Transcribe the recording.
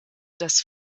das